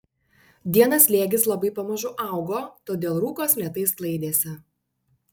dieną slėgis labai pamažu augo todėl rūkas lėtai sklaidėsi